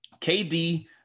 KD